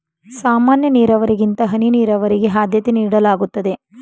ಸಾಮಾನ್ಯ ನೀರಾವರಿಗಿಂತ ಹನಿ ನೀರಾವರಿಗೆ ಆದ್ಯತೆ ನೀಡಲಾಗುತ್ತದೆ